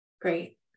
Great